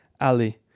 Ali